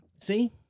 See